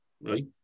right